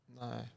no